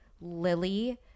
Lily